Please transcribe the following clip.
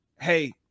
hey